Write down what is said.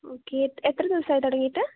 okay എത്ര ദിവസമായി തുടങ്ങിയിട്ട്